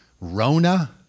Rona